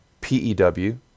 P-E-W